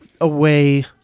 away